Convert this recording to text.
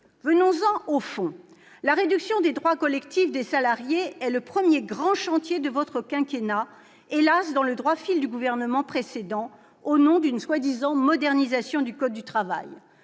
venons-en au fond. La réduction des droits collectifs des salariés est le premier grand chantier de votre quinquennat. Cela s'inscrit, hélas, dans le droit fil de l'action du gouvernement précédent, au nom d'une prétendue modernisation du code du travail.